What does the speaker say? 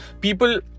people